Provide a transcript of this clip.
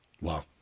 Wow